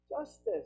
Justice